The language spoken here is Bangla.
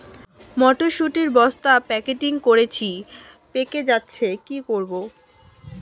মটর শুটি বস্তা প্যাকেটিং করেছি পেকে যাচ্ছে কি করব?